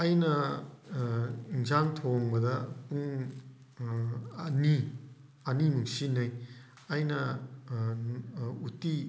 ꯑꯩꯅ ꯏꯟꯁꯥꯡ ꯊꯣꯡꯕꯗ ꯄꯨꯡ ꯑꯅꯤ ꯑꯅꯤꯃꯨꯛ ꯁꯤꯖꯤꯟꯅꯩ ꯑꯩꯅ ꯎꯠꯇꯤ